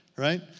right